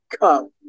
come